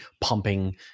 pumping